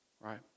Right